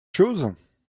chose